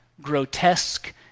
grotesque